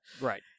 right